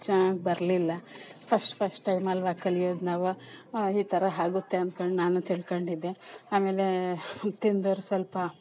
ಚೆನ್ನಾಗಿ ಬರಲಿಲ್ಲ first first time ಅಲ್ವಾ ಕಲಿಯೋದು ನಾವು ಈ ಥರ ಆಗುತ್ತೆ ಅಂದ್ಕೊಂಡು ನಾನು ತಿಳ್ಕೊಂಡಿದ್ದೆ ಆಮೇಲೆ ತಿಂದವ್ರು ಸ್ವಲ್ಪ